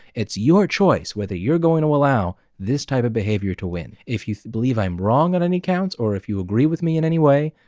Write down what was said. it's your choice whether you're going to allow this type of behavior to win. if you believe i'm wrong on any counts, or if you agree with me in any way,